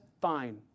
fine